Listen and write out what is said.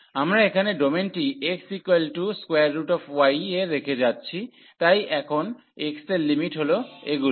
আমরা এখানে ডোমেনটি xy এ রেখে যাচ্ছি তাই এখন x এর লিমিট হল এগুলো